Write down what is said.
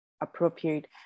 Appropriate